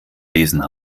lesen